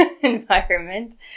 environment